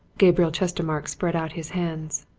gabriel chestermarke spread out his hands.